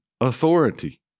authority